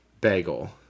bagel